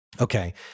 Okay